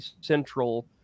central